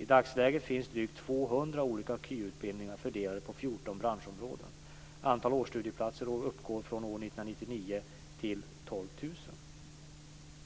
I dagsläget finns drygt 200 olika KY